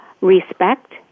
respect